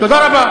תודה רבה.